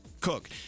cook